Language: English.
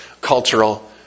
cultural